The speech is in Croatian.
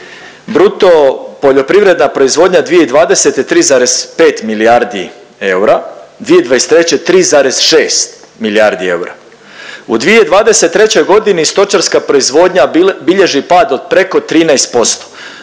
Bruto poljoprivredna proizvodnja 2020. 3,5 milijardi eura, 2023. 3,6 milijardi eura. U 2023. godini stočarska proizvodnja bilježi pad od preko 13%.